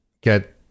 get